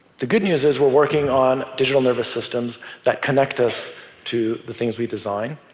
the good news is, we're working on digital nervous systems that connect us to the things we design.